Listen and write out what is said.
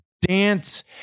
Dance